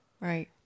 Right